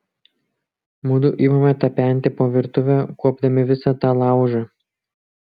mudu imame tapenti po virtuvę kuopdami visą tą laužą